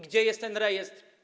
Gdzie jest ten rejestr?